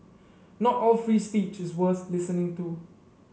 not all free speech is worth listening to